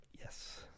yes